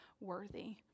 worthy